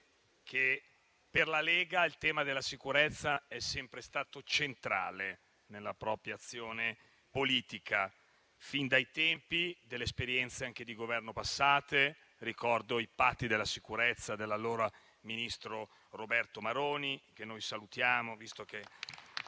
che per la Lega il tema della sicurezza è sempre stato centrale nella propria azione politica, fin dai tempi delle esperienze di Governo passate. Ricordo i patti per la sicurezza dell'allora ministro Roberto Maroni, che salutiamo, visto che